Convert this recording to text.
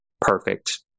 perfect